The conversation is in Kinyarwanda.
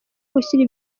gushyira